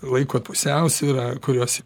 laiko pusiausvyrą kurios